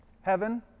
heaven